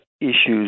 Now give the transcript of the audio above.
issues